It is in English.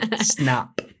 Snap